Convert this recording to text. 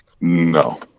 No